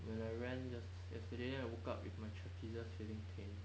when I ran yes~ yesterday I woke up with my trapezius feeling pain